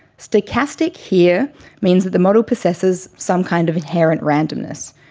stochastic here means that the model possesses some kind of inherent randomness.